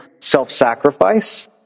self-sacrifice